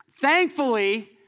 Thankfully